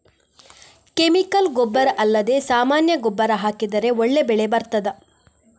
Chemical ಗೊಬ್ಬರ ಅಲ್ಲದೆ ಸಾಮಾನ್ಯ ಗೊಬ್ಬರ ಹಾಕಿದರೆ ಒಳ್ಳೆ ಬೆಳೆ ಬರ್ತದಾ?